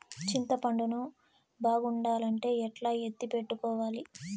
చింతపండు ను బాగుండాలంటే ఎట్లా ఎత్తిపెట్టుకోవాలి?